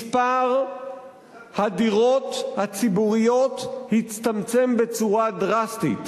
מספר הדירות הציבוריות הצטמצם בצורה דרסטית,